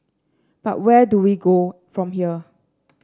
but where do we go from here